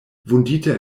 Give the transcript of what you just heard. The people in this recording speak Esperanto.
vundita